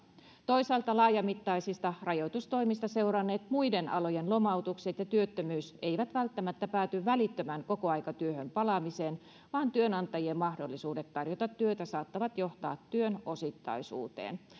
toisaalta laajamittaisista rajoitustoimista seuranneet muiden alojen lomautukset ja työttömyys eivät välttämättä pääty välittömään kokoaikatyöhön palaamiseen vaan työnantajien mahdollisuudet tarjota työtä saattavat johtaa työn osittaisuuteen